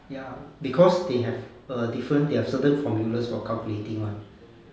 ya because they have a different they have certain formulas for calculating [one]